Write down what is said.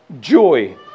joy